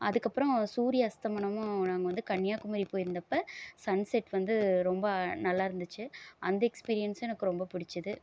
அதுக்கப்புறம் சூரிய அஸ்தமனமும் நாங்கள் வந்து கன்னியாகுமரி போயிருந்தப்போ சன்செட் வந்து ரொம்ப நல்லாயிருந்துச்சி அந்த எஸ்க்பீரியன்ஸும் எனக்கு ரொம்ப பிடிச்சுது